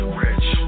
rich